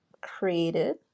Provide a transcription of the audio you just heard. created